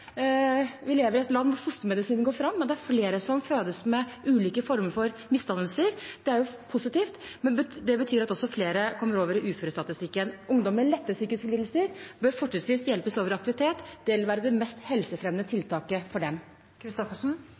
vi lever i et land hvor fostermedisinen går fram, og det er flere som fødes med ulike former for misdannelser. Det er jo positivt, men det betyr også at flere kommer over i uførestatistikken. Ungdom med lette psykiske lidelser bør fortrinnsvis hjelpes over i aktivitet. Det vil være det mest helsefremmende tiltaket for dem. Lise Christoffersen